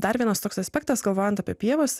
dar vienas toks aspektas galvojant apie pievas